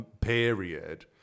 period